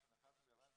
כשנחתנו ביוון,